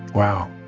wow,